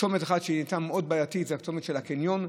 צומת אחד שהיה מאוד בעייתי זה הצומת של הקניון,